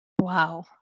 Wow